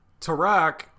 tarak